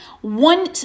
one